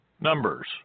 Numbers